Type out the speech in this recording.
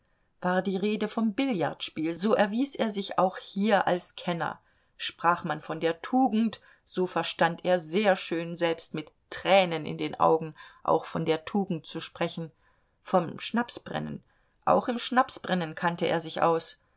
war die rede vom billardspiel so erwies er sich auch hier als kenner sprach man von der tugend so verstand er sehr schön selbst mit tränen in den augen auch von der tugend zu sprechen vom schnapsbrennen auch im schnapsbrennen kannte er sich aus